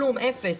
כלום, אפס.